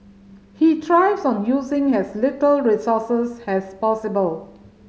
he thrives on using has little resources has possible